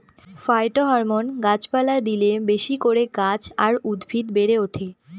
phytohormone গাছ পালায় দিলে বেশি করে গাছ আর উদ্ভিদ বেড়ে ওঠে